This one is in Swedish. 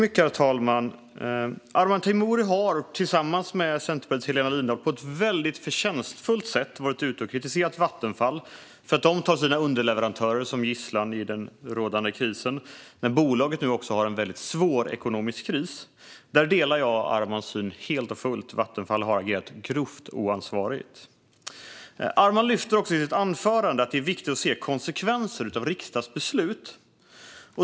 Herr talman! Arman Teimouri har, tillsammans med Centerpartiets Helena Lindahl, på ett förtjänstfullt sätt kritiserat Vattenfall för att man tar sina underleverantörer som gisslan i den rådande krisen, nu när bolaget har en svår ekonomisk kris. Där delar jag Armans syn helt och fullt. Vattenfall har agerat grovt oansvarigt. I sitt anförande lyfte Arman upp att det är viktigt att se konsekvenserna av riksdagsbeslut.